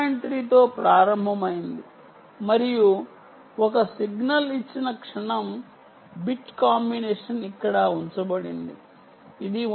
3 తో ప్రారంభమైంది మరియు ఒక సిగ్నల్ ఇచ్చిన క్షణం బిట్ కాంబినేషన్ ఇక్కడ ఉంచబడింది ఇది 1